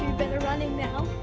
running now.